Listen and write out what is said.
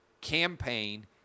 campaign